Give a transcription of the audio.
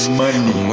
money